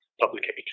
publication